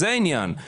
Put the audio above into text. זה העניין.